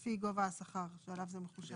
לפי גובה השכר שעליו זה מחושב.